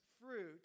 fruit